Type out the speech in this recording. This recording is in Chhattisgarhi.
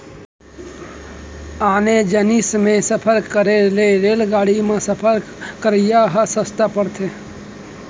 आने जिनिस म सफर करे ले रेलगाड़ी म सफर करवाइ ह सस्ता परथे